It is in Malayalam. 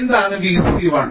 എന്താണ് V c 1